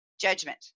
judgment